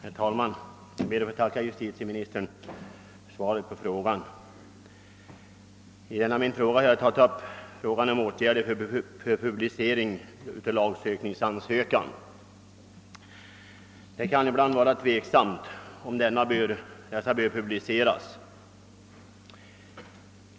Herr talman! Jag ber att få tacka justitieministern för svaret på min fråga. I denna har jag tagit upp frågan om åtgärder beträffande publicering av lagsökningsansökan; det kan ibland vara ovisst om sådan bör publiceras.